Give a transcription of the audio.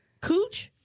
Cooch